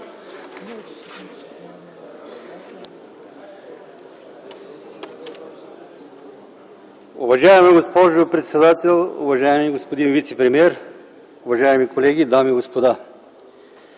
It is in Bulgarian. Уважаема госпожо председател, уважаеми господин вицепремиер, уважаеми колеги, дами и господа!